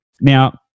now